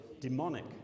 demonic